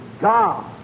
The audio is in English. God